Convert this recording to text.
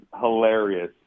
hilarious